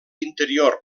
interior